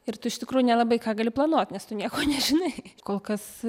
ir tu iš tikrųjų nelabai ką gali planuot nes tu nieko nežinai kol kas